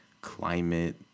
climate